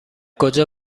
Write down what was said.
کجا